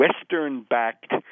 Western-backed